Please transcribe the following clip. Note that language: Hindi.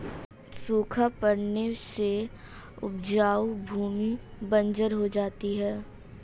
सूखा पड़ने से उपजाऊ भूमि बंजर हो जाती है